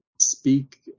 speak